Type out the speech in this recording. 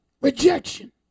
Rejection